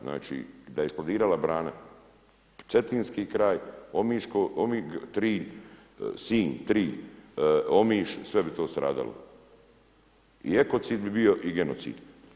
Znači kada je eksplodirala brana, Cetinski kraj, Omiško, Trilj, Sinj, Trilj, Omiš. sve bi to stradalo i ekocid bi bio i genocid.